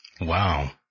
Wow